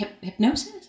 hypnosis